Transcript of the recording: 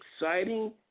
exciting